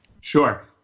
Sure